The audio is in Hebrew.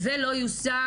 ולא יושם